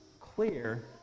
clear